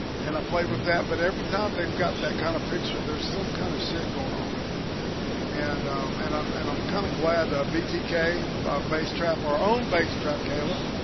and i played with that, but every time they've got that kind of picture there's some kind of shit going on with it and um and i'm and i'm kind of glad ah btk based trap our own base trap kayla